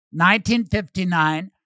1959